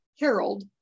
harold